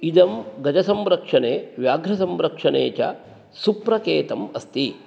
इदं गजसंरक्षणे व्याघ्रसंरक्षणे च सुप्रकेतम् अस्ति